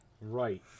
Right